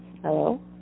Hello